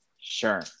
sure